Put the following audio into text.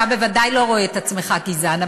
אתה בוודאי לא רואה את עצמך גזען,